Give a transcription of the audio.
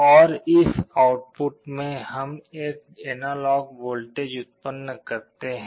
और इस आउटपुट में हम एक एनालॉग वोल्टेज उत्पन्न करते हैं